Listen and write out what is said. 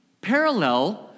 parallel